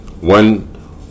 one